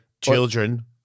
children